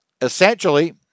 essentially